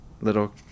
little